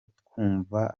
twumva